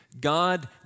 God